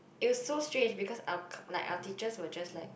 it was so strange because our like our teachers were just like